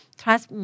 trust